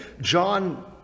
John